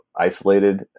isolated